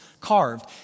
carved